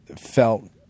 felt